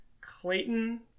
clayton